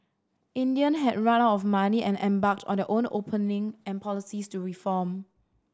India had run out of money and embarked on their own opening and policies to reform